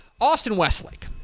Austin-Westlake